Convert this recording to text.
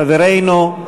חברינו,